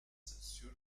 sur